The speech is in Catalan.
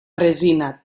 resina